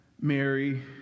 Mary